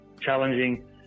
Challenging